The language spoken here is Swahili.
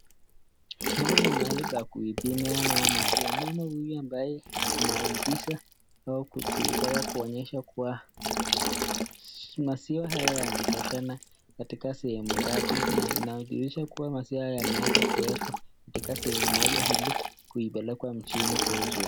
Hapa ni mahali pa kupima nao maziwa. Mama huyu ambaye anaingiza au kuitaka kuonyesha kuwa maziwa haya yanatoshana katika sehemu ngapi na inadhihirisha kuwa maziwa haya yanaweza kuwekwa katika sehemu moja ili kuipelekwa mjini kuuzwa.